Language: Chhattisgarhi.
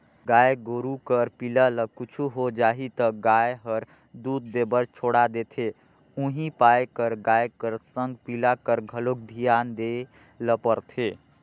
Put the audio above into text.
गाय गोरु कर पिला ल कुछु हो जाही त गाय हर दूद देबर छोड़ा देथे उहीं पाय कर गाय कर संग पिला कर घलोक धियान देय ल परथे